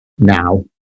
Now